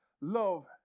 love